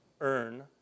earn